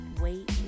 wait